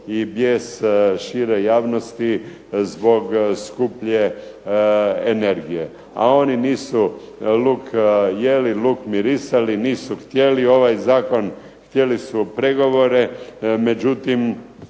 i bijes šire javnosti zbog skuplje energije. A oni nisu luk jeli, luk mirisali, nisu htjeli ovaj zakon, htjeli su pregovore, međutim